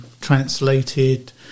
translated